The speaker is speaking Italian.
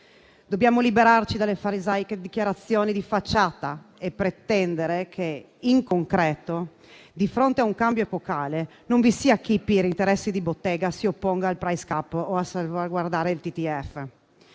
Dobbiamo liberarci dalle farisaiche dichiarazioni di facciata e pretendere che in concreto, di fronte a un cambio epocale, non vi sia chi per interessi di bottega si opponga al *price cap* o a salvaguardare il